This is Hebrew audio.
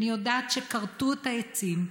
אני יודעת שכרתו את העצים,